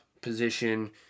position